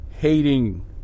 Hating